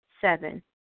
Seven